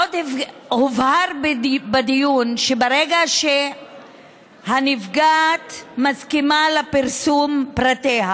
עוד הובהר בדיון שברגע שהנפגעת מסכימה לפרסום פרטיה,